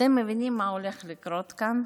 אתם מבינים מה הולך לקרות כאן?